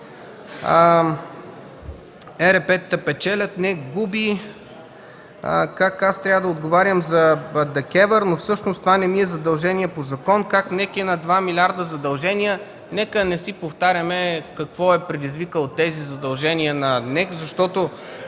ЕРП-тата печелят, а НЕК губи, как аз трябва да отговарям за ДКЕВР, но всъщност това не ми е задължение по закон, как НЕК е на над 2 милиарда задължения – нека не си повтаряме какво е предизвикало тези задължения на НЕК, защото